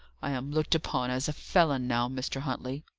i am looked upon as a felon now, mr. huntley.